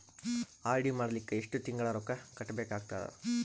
RD ಮಾಡಲಿಕ್ಕ ಎಷ್ಟು ತಿಂಗಳ ರೊಕ್ಕ ಕಟ್ಟಬೇಕಾಗತದ?